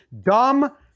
dumb